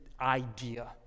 idea